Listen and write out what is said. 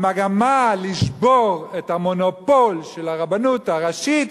המגמה לשבור את המונופול של הרבנות הראשית,